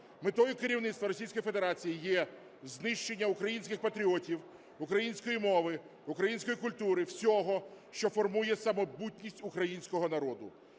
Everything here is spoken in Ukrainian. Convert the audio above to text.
Федерації є знищення українських патріотів, української мови, української культури, всього, що формує самобутність українського народу.